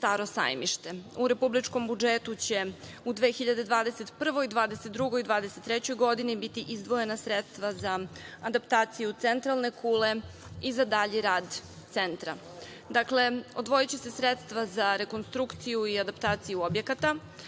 „Staro sajmište“. U republičkom budžetu će u 2021, 2022. i 2023. godini biti izdvojena sredstva za adaptaciju centralne kule i za dalji rad centra. Dakle, odvojiće se sredstva za rekonstrukciju i adaptaciju objekata,